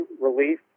relief